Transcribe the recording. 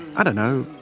i don't know,